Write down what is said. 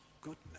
goodness